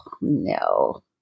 no